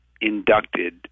inducted